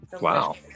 Wow